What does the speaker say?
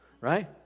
Right